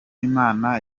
imana